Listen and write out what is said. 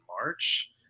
March